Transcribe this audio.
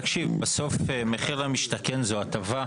בסוף מחיר למשתכן זו הטבה,